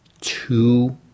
two